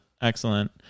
Excellent